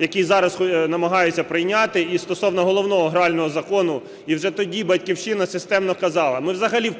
який зараз намагаються прийняти, і стосовно головного грального закону. І вже тоді "Батьківщина" системно казала, ми взагалі в